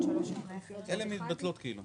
לעשות עוד משהו ואולי בכל זאת לשנות